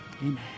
Amen